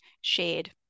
shared